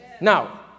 now